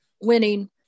winning